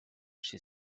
she